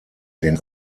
den